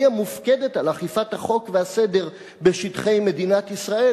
המופקדת על אכיפת החוק והסדר בשטחי מדינת ישראל"